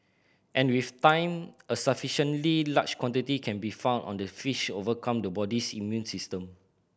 and with time a sufficiently large quantity can be found on the fish overcome the body's immune system